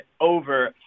over